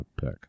pick